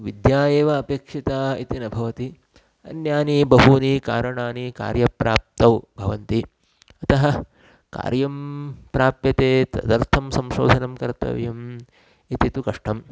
विद्या एव अपेक्षिता इति न भवति अन्यानि बहूनि कारणानि कार्यप्राप्तौ भवन्ति अतः कार्यं प्राप्यते तदर्थं संशोधनं कर्तव्यम् इति तु कष्टं